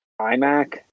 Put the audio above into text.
iMac